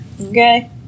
Okay